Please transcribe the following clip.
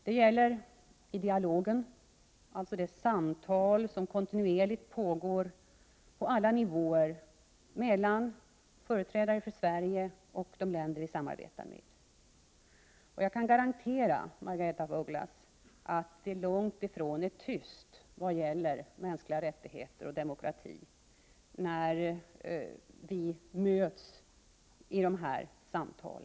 Detta gäller i dialogen, dvs. de samtal som kontinuerligt pågår på alla nivåer mellan företrädare för Sverige och de länder vi samarbetar med. Jag kan garantera Margaretha af Ugglas att det är långt ifrån tyst om mänskliga rättigheter och demokrati när vi möts i dessa samtal.